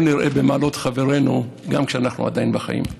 נראה במעלות חברינו גם כשאנחנו עדיין בחיים.